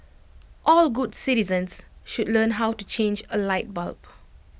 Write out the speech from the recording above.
all good citizens should learn how to change A light bulb